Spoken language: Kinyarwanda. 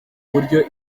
buryo